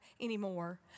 anymore